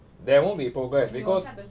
there won't be progress because